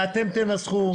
ואתם תנסחו.